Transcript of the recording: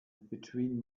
between